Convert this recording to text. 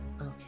Okay